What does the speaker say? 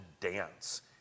dance